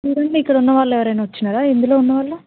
చూడండి ఇక్కడ ఉన్నవాళ్ళు ఎవరైనా వచ్చినారా ఇందులో ఉన్నవాళ్ళు